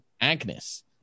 agnes